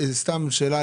סתם שאלה,